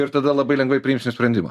ir tada labai lengvai priimsim sprendimą